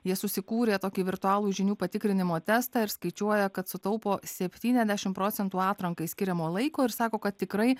jie susikūrė tokį virtualų žinių patikrinimo testą ir skaičiuoja kad sutaupo septyniasdešimt procentų atrankai skiriamo laiko ir sako kad tikrai